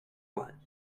what